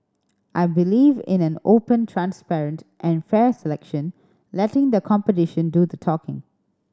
I believe in an open transparent and fair selection letting the competition do the talking